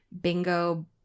bingo